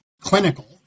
clinical